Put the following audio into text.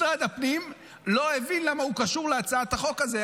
משרד הפנים לא הבין למה הוא קשור להצעת החוק הזו.